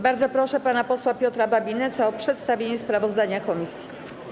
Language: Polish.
Bardzo proszę pana posła Piotra Babinetza o przedstawienie sprawozdania komisji.